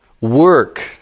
work